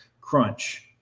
crunch